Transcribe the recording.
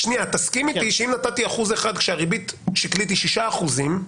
תסכים איתי שאם נתתי אחוז אחד כשהריבית השקלית היא שישה אחוזים,